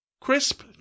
Crisp